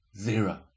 Zero